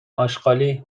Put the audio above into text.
آشغالی